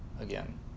again